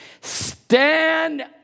stand